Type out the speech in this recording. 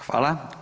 Hvala.